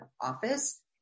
office